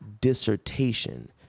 dissertation